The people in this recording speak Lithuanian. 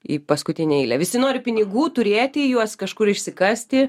į paskutinę eilę visi nori pinigų turėti juos kažkur išsikasti